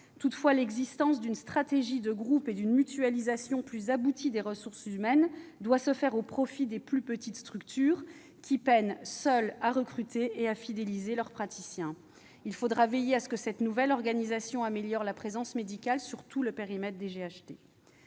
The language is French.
Toutefois, l'existence d'une stratégie de groupe et d'une mutualisation plus aboutie des ressources humaines doit se faire au profit des plus petites structures, qui peinent, seules, à recruter et à fidéliser les praticiens. Il faudra veiller à ce que cette nouvelle organisation améliore la présence médicale sur tout le périmètre des GHT.